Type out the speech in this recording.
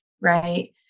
right